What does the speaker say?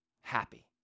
Happy